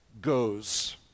goes